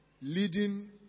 Leading